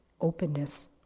openness